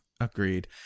Agreed